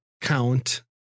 Count